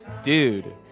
Dude